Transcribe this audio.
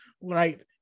right